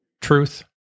truth